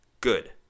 Good